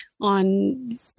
on